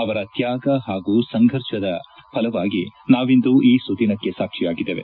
ಅವರ ತ್ಯಾಗ ಹಾಗೂ ಸಂಘರ್ಷದ ಫಲವಾಗಿ ನಾವಿಂದು ಈ ಸುದಿನಕ್ಕೆ ಸಾಕ್ಷಿಯಾಗಿದ್ದೇವೆ